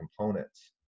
components